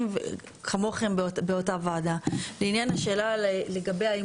כך כתובה ההוראה האירופית.